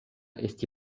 esti